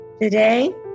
Today